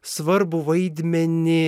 svarbų vaidmenį